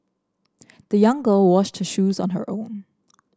the young girl washed her shoes on her own